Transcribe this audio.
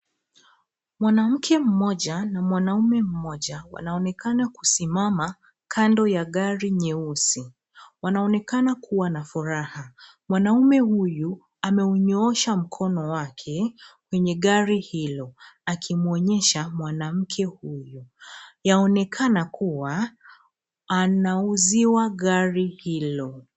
Mwanamke mmoja na mwanaume mmoja wanaonekana kusimama kando ya gari nyeusi. Wanaonekana kuwa na furaha, mwanaume huyu ameunyoosha mkono wake kwenye gari hilo akimuonyesha mwanamke huyo. Yaonekana kuwa anauziwa gari hilo.